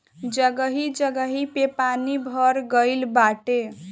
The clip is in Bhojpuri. जगही जगही पे पानी भर गइल बाटे